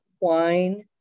wine